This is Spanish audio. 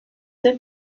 del